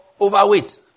overweight